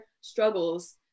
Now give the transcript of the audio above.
struggles